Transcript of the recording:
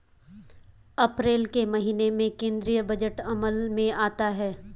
अप्रैल के महीने में केंद्रीय बजट अमल में आता है